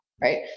right